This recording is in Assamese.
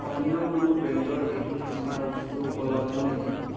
অন্য কোনো ব্ৰেণ্ডৰ এইটো ফ্ৰেছনাৰ বস্তু উপলব্ধ নেকি